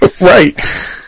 Right